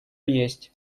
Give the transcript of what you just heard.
есть